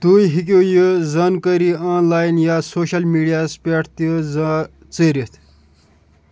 تُہۍ ہیٚکِو یہِ زَنکٲری آنلایِن یا سوشل میٖڈیاہَس پٮ۪ٹھ تہِ زا ژٲرِتھ